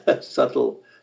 subtle